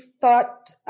thought